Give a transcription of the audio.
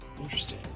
Interesting